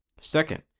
Second